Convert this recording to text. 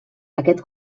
aquest